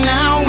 now